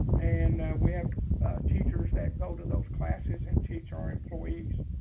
and we have teachers that go to those classes and teach our employees.